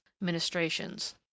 ministrations